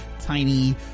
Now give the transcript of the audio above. tiny